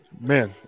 Man